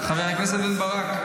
הכנסת בן ברק,